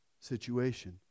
situation